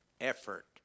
effort